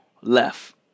left